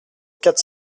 quatre